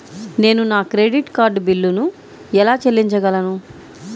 నేను నా credit card బిల్లును ఎలా చెల్లించగలను?